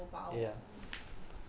!aiyo! பாவம்:paavam